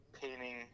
painting